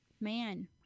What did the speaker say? Man